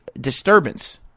disturbance